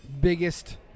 biggest